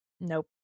nope